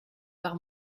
par